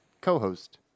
co-host